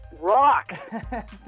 rock